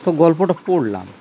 তো গল্পটা পড়লাম